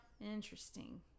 Interesting